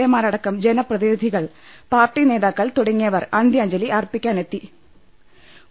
A മാരടക്കം ജനപ്രതിനിധികൾ പാർട്ടി നേതാക്കൾ തുടങ്ങിയവർ അന്ത്യാഞ്ജലി അർപ്പിക്കാനെ ത്തിയിരുന്നു